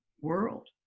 world